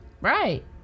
right